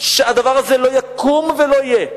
שהדבר הזה לא יקום ולא יהיה.